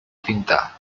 cinta